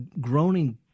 groaning